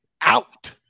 out